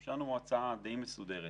יש לנו הצעה די מסודרת.